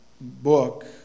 book